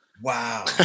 Wow